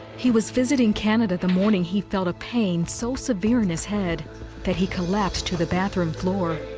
he was visiting canada the morning he felt a pain so severe in his head that he collapsed to the bathroom floor.